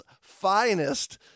finest